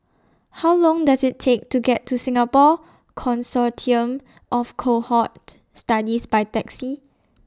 How Long Does IT Take to get to Singapore Consortium of Cohort Studies By Taxi